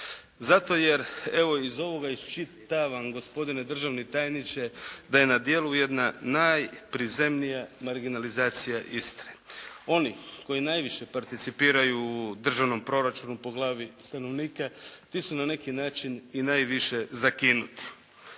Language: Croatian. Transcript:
Zato jer evo iz ovoga iščitavam gospodine državni tajniče, da je na djelu jedna najprizemnija marginalizacija Istre. Oni koji najviše participiraju u državnom proračunu po glavi stanovnika, ti su na neki način i najviše zakinuti.